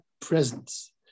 presence